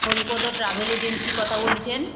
Haripada travel agency কথা বলছেন